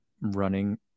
running